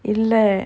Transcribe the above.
இல்ல:illa